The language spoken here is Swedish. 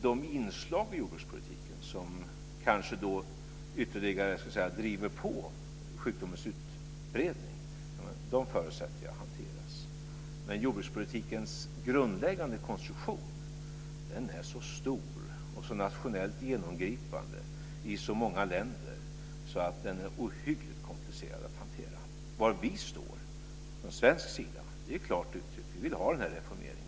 De inslag i jordbrukspolitiken som kanske ytterligare driver på sjukdomens utbredning förutsätter jag kommer att hanteras, men jordbrukspolitikens grundläggande konstruktion är så stor och så nationellt genomgripande i så många länder att den är ohyggligt komplicerad att hantera. Var vi på svenskt håll står är klart uttryckt. Vi vill ha en reformering.